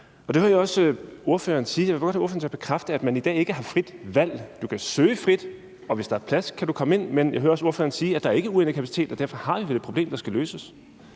ordføreren til at bekræfte, at man i dag ikke har frit valg; du kan søge frit, og hvis der er plads, kan du komme ind. Men jeg hører også ordføreren sige, at der ikke er uendelig kapacitet, og derfor har vi vel et problem, der skal løses?